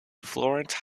florence